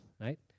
right